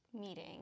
meeting